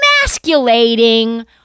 emasculating